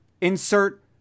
insert